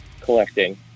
collecting